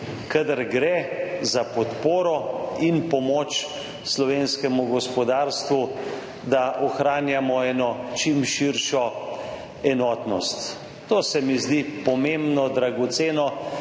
(nadaljevanje) in pomoč slovenskemu gospodarstvu, da ohranjamo eno čim širšo enotnost. To se mi zdi pomembno, dragoceno.